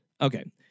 okay